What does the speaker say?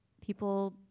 people